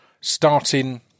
starting